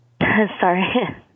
sorry